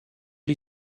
les